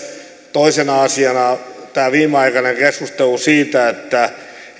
toisena asiana tämä viimeaikainen keskustelu siitä että